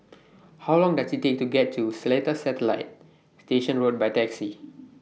How Long Does IT Take to get to Seletar Satellite Station Road By Taxi